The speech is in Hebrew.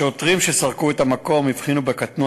השוטרים שסרקו את המקום הבחינו בקטנוע